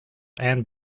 and